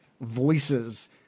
voices